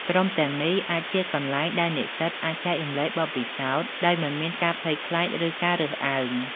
ក្រុមទាំងនេះអាចជាកន្លែងដែលនិស្សិតអាចចែករំលែកបទពិសោធន៍ដោយមិនមានការភ័យខ្លាចឬការរើសអើង។